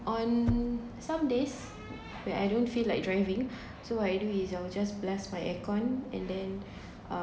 on some days when I don't feel like driving so what I do is I will just blast my aircon and then um